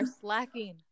slacking